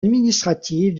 administrative